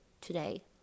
today